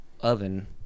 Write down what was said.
oven